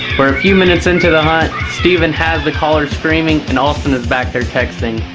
we're a few minutes into the hunt steven has the caller screaming and aulston is back there texting.